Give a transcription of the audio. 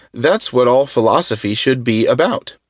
that's what all philosophy should be about.